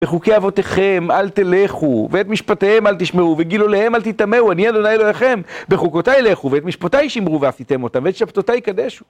בחוקי אבותיכם אל תלכו, ואת משפטיהם אל תשמרו, וגילוליהם להם אל תתאמרו, אני אדוני אלוהיכם. בחוקותיי לכו, ואת משפטיי שמרו ועשיתם אותם, ואת שבתותי קדשו.